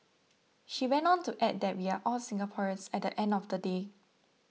she went on to add that we are all Singaporeans at the end of the day